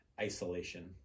isolation